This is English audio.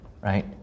right